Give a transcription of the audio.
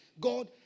God